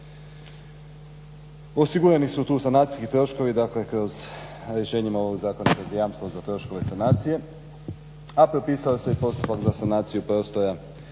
Osigurani su tu sanacijski troškovi dakle kroz rješenja ovog zakona kroz jamstvo za troškove sanacije, a propisao se i postupak za sanaciju prostora